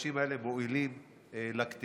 שהמפגשים האלה מועילים לקטינים.